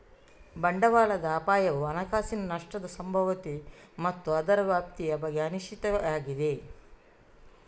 ಬಂಡವಾಳದ ಅಪಾಯವು ಹಣಕಾಸಿನ ನಷ್ಟದ ಸಂಭಾವ್ಯತೆ ಮತ್ತು ಅದರ ವ್ಯಾಪ್ತಿಯ ಬಗ್ಗೆ ಅನಿಶ್ಚಿತತೆಯಾಗಿದೆ